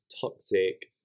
toxic